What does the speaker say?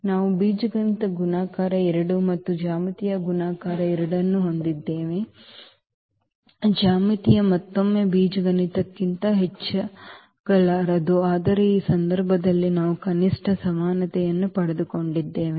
ಆದ್ದರಿಂದ ನಾವು ಬೀಜಗಣಿತ ಗುಣಾಕಾರ 2 ಮತ್ತು ಜ್ಯಾಮಿತೀಯ ಗುಣಾಕಾರ 2 ಅನ್ನು ಹೊಂದಿದ್ದೇವೆ ಜ್ಯಾಮಿತಿಯು ಮತ್ತೊಮ್ಮೆ ಬೀಜಗಣಿತಕ್ಕಿಂತ ಹೆಚ್ಚಾಗಲಾರದು ಆದರೆ ಈ ಸಂದರ್ಭದಲ್ಲಿ ನಾವು ಕನಿಷ್ಟ ಸಮಾನತೆಯನ್ನು ಪಡೆದುಕೊಂಡಿದ್ದೇವೆ